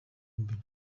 imbere